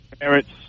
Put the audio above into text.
Parents